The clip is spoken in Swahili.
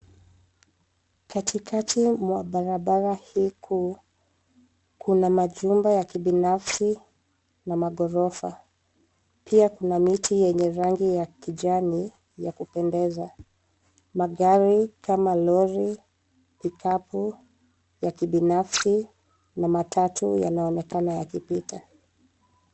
Katikati mwa barabara hii kuu, kuna majumba ya kibinafsi na magorofa, pia kuna miti yenye rangi ya kijani ya kupendeza. Magari kama lori. pick-up ya kibinafsi na matatu yanaonekana yakipita.